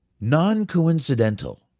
Non-coincidental